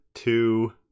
Two